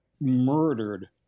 murdered